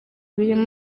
birimo